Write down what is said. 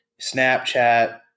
Snapchat